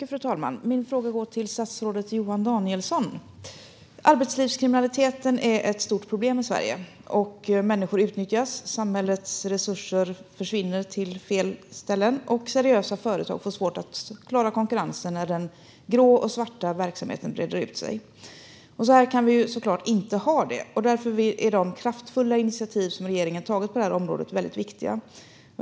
Fru talman! Min fråga går till statsrådet Johan Danielsson. Arbetslivskriminaliteten är ett stort problem i Sverige. Människor utnyttjas, och samhällets resurser försvinner till fel ställen. Och seriösa företag får svårt att klara konkurrensen när den grå och svarta verksamheten breder ut sig. Så här kan vi såklart inte ha det. Därför är de kraftfulla initiativ som regeringen har tagit på detta område väldigt viktiga.